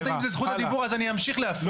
אם זה על חשבון זכות הדיבור אז אני אמשיך להפריע.